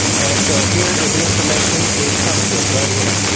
and so here is the information it comes with right here.